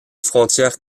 frontière